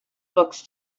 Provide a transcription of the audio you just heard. books